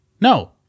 No